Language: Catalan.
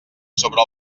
sobre